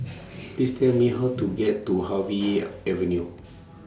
Please Tell Me How to get to Harvey Avenue